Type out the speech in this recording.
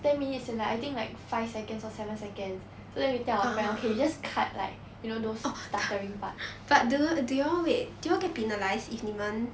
ten minutes and like I think like five seconds of seven seconds so then we tell our friend okay you just cut like you know those stuttering part